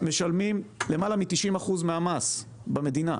משלמים למעלה מ-90% מהמס במדינה,